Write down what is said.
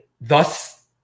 thus